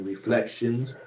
Reflections